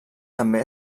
també